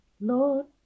Lord